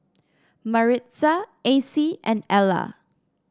Maritza Acie and Ela